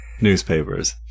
newspapers